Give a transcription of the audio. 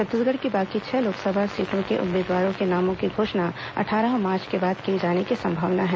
छत्तीसगढ़ की बाकी छह लोकसभा सीटों के उम्मीदवारों के नामों की घोषणा अट्ठारह मार्च के बाद किए जाने की संभावना है